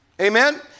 Amen